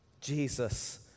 Jesus